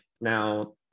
now